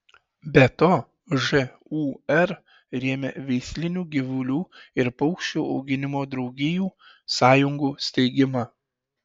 be to žūr rėmė veislinių gyvulių ir paukščių auginimo draugijų sąjungų steigimą